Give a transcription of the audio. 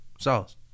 Sauce